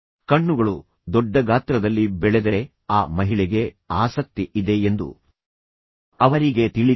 ಕಣ್ಣುಗಳು ದೊಡ್ಡ ಗಾತ್ರದಲ್ಲಿ ಬೆಳೆದರೆ ಆ ಮಹಿಳೆಗೆ ಆಸಕ್ತಿ ಇದೆ ಎಂದು ಅವರಿಗೆ ತಿಳಿದಿದೆ